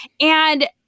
And-